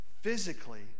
physically